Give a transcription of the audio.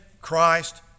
Christ